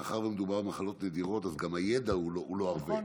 מאחר שמדובר במחלות נדירות אז גם הידע הוא לא רב.